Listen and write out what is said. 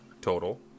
total